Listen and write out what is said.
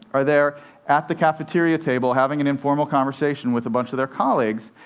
are there at the cafeteria table, having an informal conversation with bunch of their colleagues.